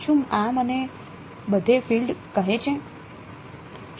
શું આ મને બધે ફીલ્ડ કહે છે